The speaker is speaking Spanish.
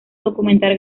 documentar